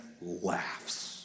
laughs